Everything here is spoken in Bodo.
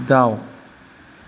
दाउ